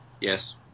Yes